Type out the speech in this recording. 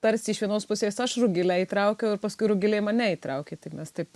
tarsi iš vienos pusės aš rugilę įtraukiau ir paskui rugilė mane įtraukė tai mes taip